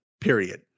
Period